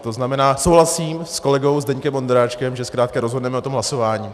To znamená, souhlasím s kolegou Zdeňkem Ondráčkem, že zkrátka rozhodneme o tom hlasováním.